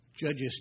Judges